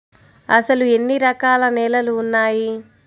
అసలు ఎన్ని రకాల నేలలు వున్నాయి?